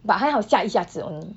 but 还好下一下子 only